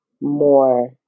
more